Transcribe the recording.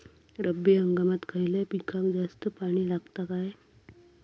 रब्बी हंगामात खयल्या पिकाक जास्त पाणी लागता काय?